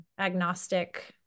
agnostic